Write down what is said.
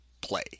play